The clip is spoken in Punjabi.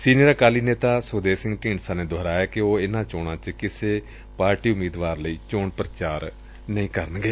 ਸੀਨੀਅਰ ਅਕਾਲੀ ਨੇਤਾ ਸੁਖਦੇਵ ਸਿੰਘ ਢੀਂਡਸਾ ਨੇ ਦੁਹਰਾਇਐ ਕਿ ਉਹ ਇਨਾਂ ਚੋਣਾਂ ਚ ਕਿਸੇ ਪਾਰਟੀ ਉਮੀਦਵਾਰ ਲਈ ਚੋਣ ਪੁਚਾਰ ਨਹੀਂ ਕਰਨਗੇ